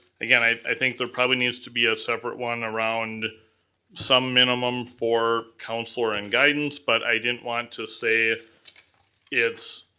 again, i i think there probably needs to be a separate one around some minimum for councilor and guidance, but i didn't want to say it's.